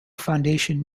foundation